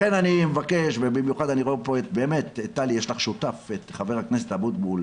לכן אני מבקש, וטלי, יש לך שותף, ח"כ אבוטבול,